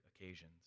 occasions